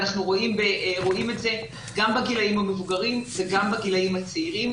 אנחנו רואים את זה גם בגילים המבוגרים וגם בגילים הצעירים,